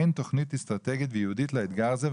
אין תוכנית אסטרטגית ייעודית לאתגר הזה,